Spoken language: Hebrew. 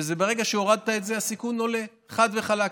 וברגע שהורדת את זה, הסיכון עולה, חד וחלק.